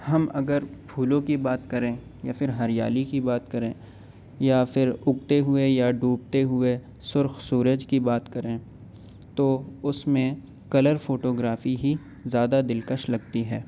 ہم اگر پھولوں کی بات کریں یا پھر ہریالی کی بات کریں یا پھر اگتے ہوئے یا ڈوبتے ہوئے سرخ سورج کی بات کریں تو اس میں کلر فوٹو گرافی ہی زیادہ دلکش لگتی ہے